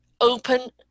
open